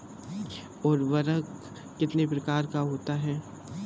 उर्वरक कितने प्रकार का होता है?